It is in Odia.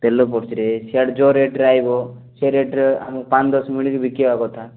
ତେଲ ପଡ଼ୁଛିରେ ସିଆଡ଼େ ଯେଉଁ ରେଟ୍ରେ ଆଇବ ସେ ରେଟ୍ରେ ଆମେ ପାଞ୍ଚ ଦଶ ମିଳିକି ବିକିଆ କଥା